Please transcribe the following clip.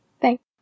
Thanks